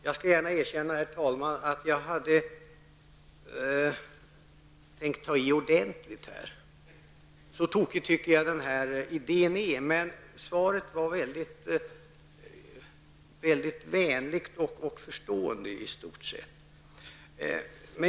Jag skall gärna erkänna, herr talman, att jag hade tänkt ta i ordentligt, så tokig tycker jag att den här idén är. Men svaret var i stort sett mycket vänligt och förstående.